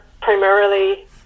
primarily